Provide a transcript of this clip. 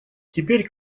теперь